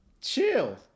chill